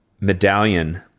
medallion